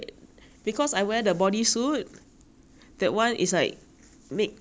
that one is like made like it stretches over my so it looks straight and flat